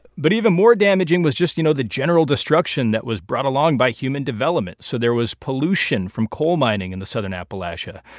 but even more damaging was just, you know, the general destruction that was brought along by human development. so there was pollution from coal mining in the southern appalachia,